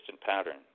pattern